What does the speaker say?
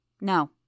No